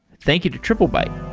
thank you to triplebyte